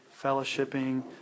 fellowshipping